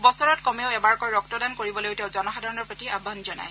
বছৰত কমেও এবাৰকৈ ৰক্তদান কৰিবলৈও তেওঁ জনসাধাৰণৰ প্ৰতি আহ্বান জনায়